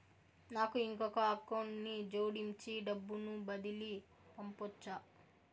నాకు ఇంకొక అకౌంట్ ని జోడించి డబ్బును బదిలీ పంపొచ్చా?